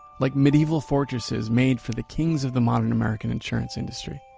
like medieval fortresses made for the kings of the modern american insurance industry.